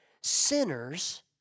sinners